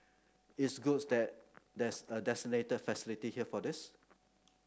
it's good that there's a designated facility here for this